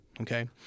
Okay